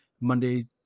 Monday